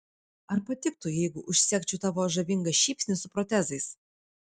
ar patiktų jeigu užsegčiau tavo žavingą šypsnį su protezais